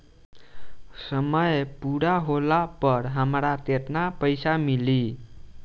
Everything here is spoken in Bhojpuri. समय पूरा होला पर हमरा केतना पइसा मिली?